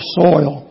soil